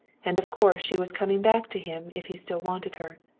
and, of course, she was coming back to him if he still wanted her.